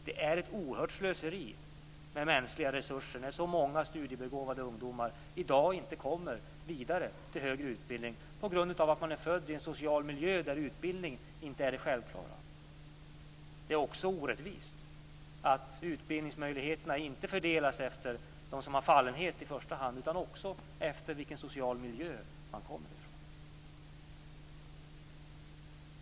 Det är ett oerhört slöseri med mänskliga resurser att så många studiebegåvade ungdomar i dag inte kommer vidare till högre utbildning på grund av att de är födda i en social miljö där utbildning inte är det självklara. Det är också orättvist att utbildningsmöjligheterna inte fördelas efter fallenhet i första hand utan också efter vilken social miljö man kommer ifrån.